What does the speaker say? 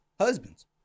Husbands